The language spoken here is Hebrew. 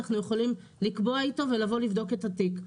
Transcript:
אנחנו יכולים לקבוע איתו ולבוא לבדוק את התיק.